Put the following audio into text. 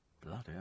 Bloody